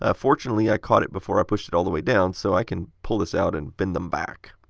ah fortunately, i caught it before i pushed it all the way down, so i can pull this out and bend them back.